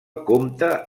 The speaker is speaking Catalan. compta